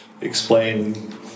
explain